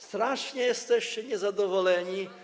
Strasznie jesteście niezadowoleni.